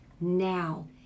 now